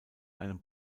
einem